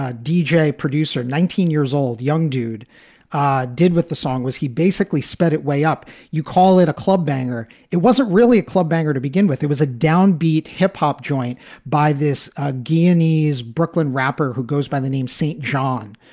ah deejay producer, nineteen years old, young dude ah did what the song was. he basically sped it way up. you call it a club banger. it wasn't really a club banger to begin with. it was a downbeat hip hop joint by this ah guyanese brooklyn rapper who goes by the name saint john.